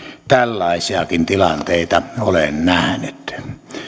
tällaisiakin tilanteita olen nähnyt